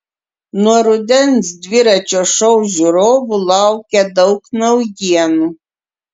nuo rudens dviračio šou žiūrovų laukia daug naujienų